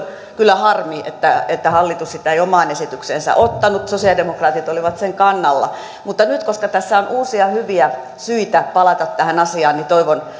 kyllä harmi että että hallitus sitä ei omaan esitykseensä ottanut sosialidemokraatit olivat sen kannalla mutta nyt koska tässä on uusia hyviä syitä palata tähän asiaan niin toivon